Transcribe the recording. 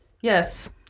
Yes